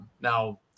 Now